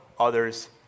others